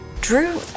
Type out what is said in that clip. Drew